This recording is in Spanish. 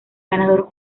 ganador